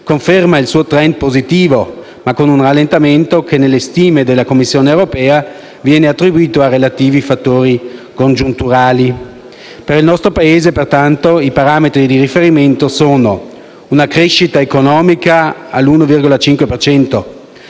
dieci anni, conferma il suo *trend* positivo, ma con un rallentamento che nelle stime della Commissione europea viene attribuito a relativi fattori congiunturali. Per il nostro Paese pertanto i parametri di riferimento sono: crescita economica al 1,5